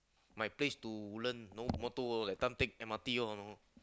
my place to Woodland no motor like can't take M_R_T lor